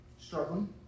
struggling